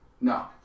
No